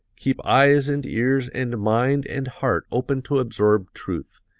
keep eyes and ears and mind and heart open to absorb truth,